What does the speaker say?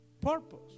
purpose